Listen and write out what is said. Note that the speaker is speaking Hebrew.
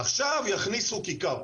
עכשיו יכניסו כיכר.